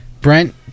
Brent